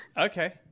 Okay